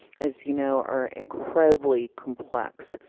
as you know, are incredibly complex.